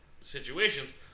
situations